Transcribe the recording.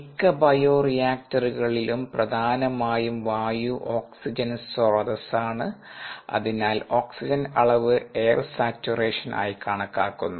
മിക്ക ബയോ റിയാക്ടറുകളിലും പ്രധാനമായും വായു ഓക്സിജൻ സ്രോതസ്സാണ് അതിനാൽ ഓക്സിജൻ അളവ് എയർ സാച്ചുറേഷൻ ആയി കണക്കാക്കുന്നു